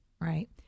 Right